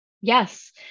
Yes